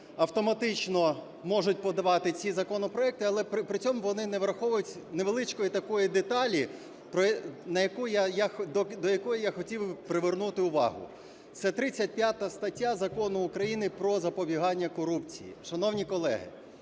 автоматично можуть подавати ці законопроекти, але при цьому вони не враховують невеличкої такої деталі, до якої я хотів привернути увагу. Це 35 стаття Закону України "Про запобігання корупції". Шановні колеги,